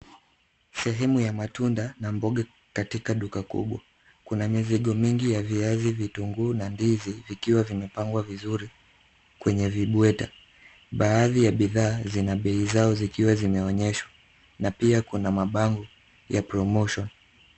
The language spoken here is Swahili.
Sehemu ya matunda na mboga katika duka kubwa. Kuna mizigo mingi ya viazi, vitunguu na ndizi vikiwa vimepangwa vizuri kwenye vibweta. Baadhi ya bidhaa zina bei zao zikiwa zimeonyeshwa, na pia kuna mabango ya promotion .